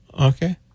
Okay